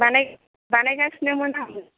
बानायगासिनोमोन आं